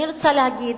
אני רוצה להגיד